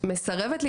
ואני מקבל גם